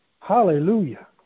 Hallelujah